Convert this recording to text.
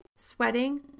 sweating